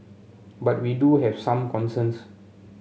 but we do have some concerns